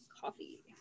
coffee